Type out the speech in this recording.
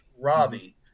Robbie